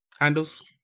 Handles